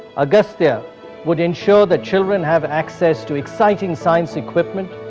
agastya would ensure that children have access to exciting science equipment,